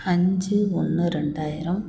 அஞ்சு ஒன்று ரெண்டாயிரம்